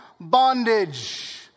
bondage